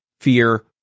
fear